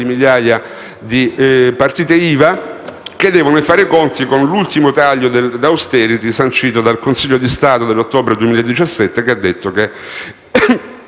migliaia di partite IVA, che debbono fare i conti con l'ultimo taglio di *austerity* sancito dal Consiglio di Stato nell'ottobre del 2017, che ha stabilito che